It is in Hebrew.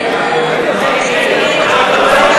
ההצעה